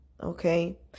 okay